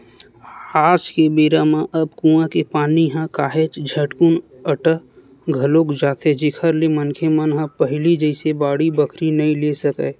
आज के बेरा म अब कुँआ के पानी ह काहेच झटकुन अटा घलोक जाथे जेखर ले मनखे मन ह पहिली जइसे बाड़ी बखरी नइ ले सकय